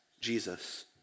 Jesus